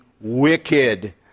wicked